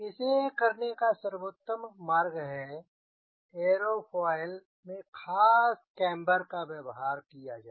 इसे करने का सर्वोत्तम मार्ग है एयरोफॉयल में यहाँ खास केम्बर का व्यवहार किया जाए